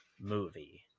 movie